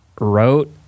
wrote